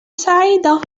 سعيدة